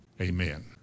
Amen